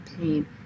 pain